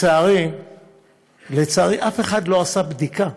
לצערי, לצערי, אף אחד לא עשה בדיקה.